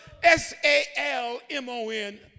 S-A-L-M-O-N